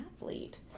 athlete